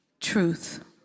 truth